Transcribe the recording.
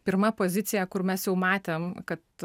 pirma pozicija kur mes jau matėm kad